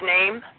name